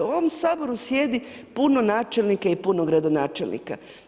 U ovom Saboru sjedi puno načelnika i puno gradonačelnika.